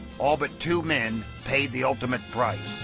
all but two men paid the ultimate price.